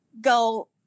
go